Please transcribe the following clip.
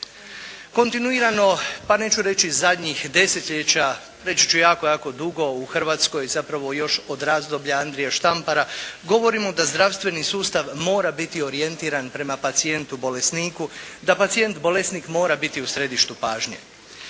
Kontinuirano pa neću reći zadnjih desetljeća, reći ću jako, jako dugo u Hrvatskoj zapravo od razdoblja Andrije Štampara govorimo da zdravstveni sustav mora biti orijentiran prema pacijentu bolesniku, da pacijent bolesnik mora biti u središtu pažnje,